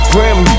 Grim